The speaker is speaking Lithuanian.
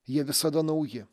jie visada nauji